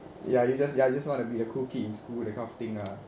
ya you just you just want to be a cool kid in school that kind of thing ah